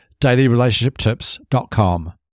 dailyrelationshiptips.com